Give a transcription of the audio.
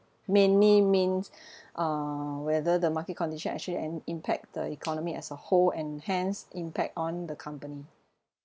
mainly means uh whether the market condition actually en~ impact the economy as a whole and hence impact on the company